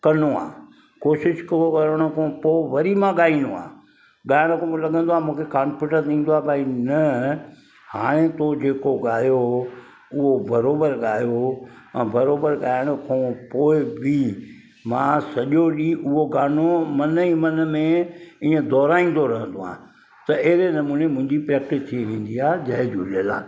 कंदो आहे कोशिशि पुरो करण खां पोइ वरी मां ॻाईंदो आहे ॻाइण खो पोइ लॻंदो आहे मूंखे कान्फिडेंस ईंदो आहे भई हीअं हाणे तूं जेको ॻायो हुओ उहो बराबरि गायो हुओ ऐं बराबरि ॻाइण खो पोइ बि मां सॼो ॾींहुं उहो गानो मन ई मन में ईअं दोहराईंदो रहंदो आहे त अहिड़े नमूने मुंहिंजी प्रैक्टिस थी वेंदी आहे जय झूलेलाल